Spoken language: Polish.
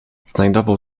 znajdował